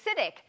acidic